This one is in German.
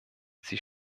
sie